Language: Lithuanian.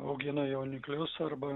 augina jauniklius arba